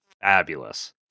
fabulous